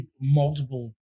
multiple